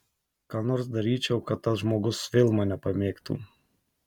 ką nors daryčiau kad tas žmogus vėl mane pamėgtų